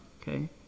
okay